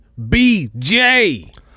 BJ